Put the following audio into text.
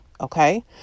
okay